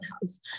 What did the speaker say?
house